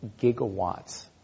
gigawatts